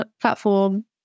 platform